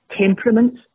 temperaments